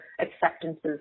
acceptances